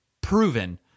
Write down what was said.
proven